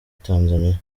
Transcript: tanzania